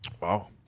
Wow